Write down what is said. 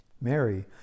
Mary